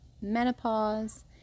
menopause